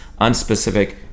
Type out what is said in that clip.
unspecific